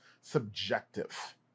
subjective